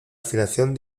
afinación